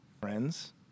friends